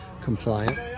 compliant